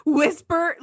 Whisper